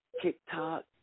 TikTok